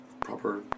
proper